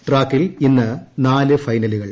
ട്രാക്കിൽ ഇന്ന് നാല് ഫൈനലുകൾ